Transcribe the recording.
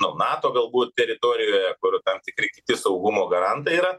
nu nato galbūt teritorijoje kur tam tikri kiti saugumo garantai yra